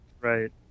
Right